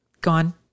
gone